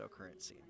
cryptocurrency